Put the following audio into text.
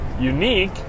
unique